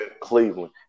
Cleveland